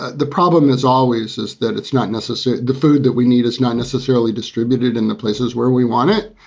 the problem is always is that it's not necessary. the food that we need is not necessarily distributed in the places where we want it,